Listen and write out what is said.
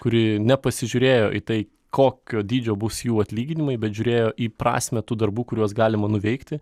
kuri nepasižiūrėjo į tai kokio dydžio bus jų atlyginimai bet žiūrėjo į prasmę tų darbų kuriuos galima nuveikti